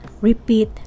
Repeat